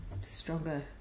stronger